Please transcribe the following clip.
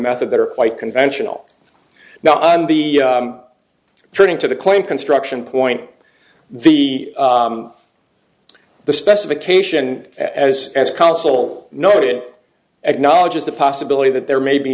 method that are quite conventional now on the turning to the claim construction point the the specification as as consul noted acknowledges the possibility that there may be